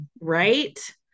Right